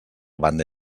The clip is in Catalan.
banda